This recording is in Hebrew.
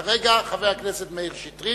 כרגע, חבר הכנסת מאיר שטרית.